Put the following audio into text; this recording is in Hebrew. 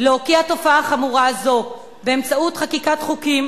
להוקיע תופעה חמורה זו באמצעות חקיקת חוקים